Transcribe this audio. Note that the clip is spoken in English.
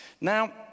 Now